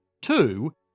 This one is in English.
Two